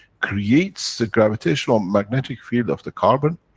creates the gravitational magnetic field of the carbon.